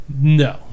No